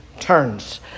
turns